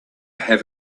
have